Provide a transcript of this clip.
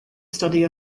study